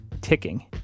ticking